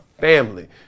family